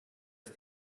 ist